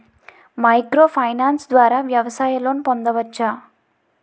Micro finance ద్వారా వ్యవసాయ loan పొందవచ్చా?